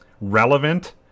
relevant